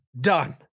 Done